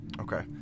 Okay